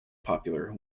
popular